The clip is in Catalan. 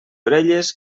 orelles